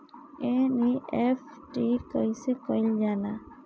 NEFT कइसे कइल जाला?